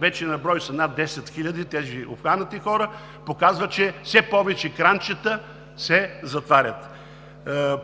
вече на брой са над 10 хиляди тези обхванати хора, показва, че все повече кранчета се затварят.